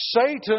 Satan